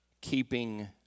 keeping